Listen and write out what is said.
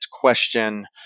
question